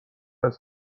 است